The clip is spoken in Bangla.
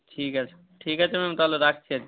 ঠিক আছে ঠিক আছে ম্যাম তাহলে রাখছি আর কী